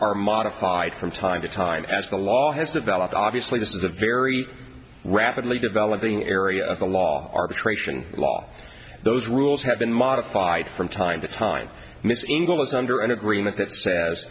are modified from time to time as the law has developed obviously this is a very rapidly developing area of the law arbitration law those rules have been modified from time to time mrs angle is under an agreement that says